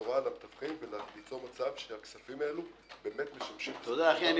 בשורה למתווכים וליצור מצב שהכספים הללו באמת משמשים- - תודה.